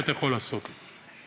ואתה יכול לעשות את זה,